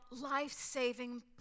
life-saving